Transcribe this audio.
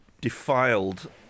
Defiled